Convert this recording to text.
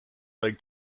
lake